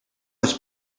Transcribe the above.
was